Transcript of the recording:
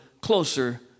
closer